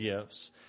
gifts